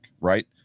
right